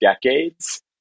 decades